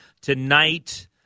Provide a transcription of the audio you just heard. tonight